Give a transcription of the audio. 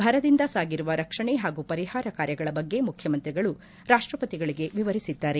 ಭರದಿಂದ ಸಾಗಿರುವ ರಕ್ಷಣೆ ಹಾಗೂ ಪರಿಹಾರ ಕಾರ್ಯಗಳ ಬಗ್ಗೆ ಮುಖ್ಯಮಂತ್ರಿಗಳು ರಾಷ್ಟಪತಿಗಳಿಗೆ ವಿವರಿಸಿದ್ದಾರೆ